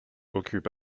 occupe